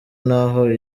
n’aho